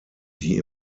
die